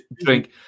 drink